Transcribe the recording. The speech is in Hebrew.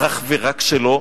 אך ורק שלו.